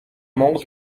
монгол